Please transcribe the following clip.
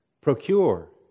procure